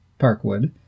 Parkwood